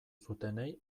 zutenei